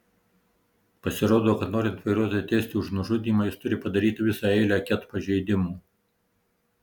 pasirodo kad norint vairuotoją teisti už nužudymą jis turi padaryti visą eilę ket pažeidimų